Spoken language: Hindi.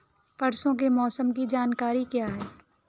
परसों के मौसम की जानकारी क्या है?